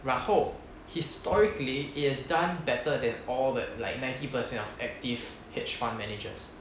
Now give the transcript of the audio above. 然后 historically it has done better than all that like ninety percent of active hedge fund managers